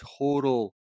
total